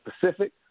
Pacific